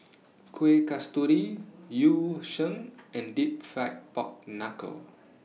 Kuih Kasturi Yu Sheng and Deep Fried Pork Knuckle